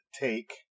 take